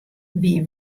wie